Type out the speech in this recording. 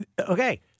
Okay